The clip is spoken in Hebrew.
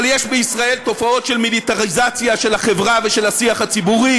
אבל יש בישראל תופעות של מיליטריזציה של החברה ושל השיח הציבורי.